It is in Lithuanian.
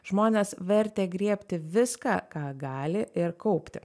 žmones vertė griebti viską ką gali ir kaupti